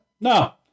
No